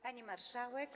Pani Marszałek!